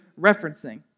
referencing